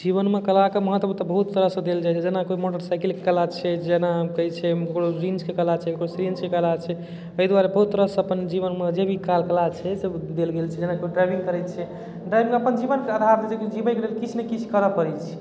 जीवनमे कलाके महत्व तऽ बहुत तरहसँ देल जाइ छै जेना कोइ मोटरसाइकिलके कला छै जेना कहै छै ककरो रिञ्जके कला छै ककरो सिरिञ्जके कला छै ताहि दुआरे बहुत तरहसँ अपन जीवनमे जे भी काल कला छै सब देल गेल छै जेना कोइ ड्राइविङ्ग करै छै ड्राइविङ्ग अपन जीवनके आधार जे छै जिबैके लेल किछु ने किछु करऽ पड़ै छै